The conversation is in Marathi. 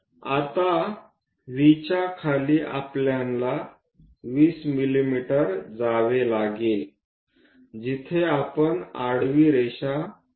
आता Vच्या खाली आपल्याला 20 मिमी जावे लागेल जिथे आपण आडवी रेषा काढू